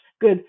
good